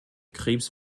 krebs